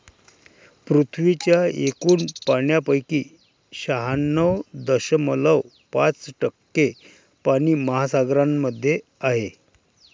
पृथ्वीच्या एकूण पाण्यापैकी शहाण्णव दशमलव पाच टक्के पाणी महासागरांमध्ये आहे